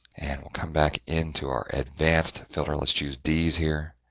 and we'll come back into our advanced filter. let's choose d's here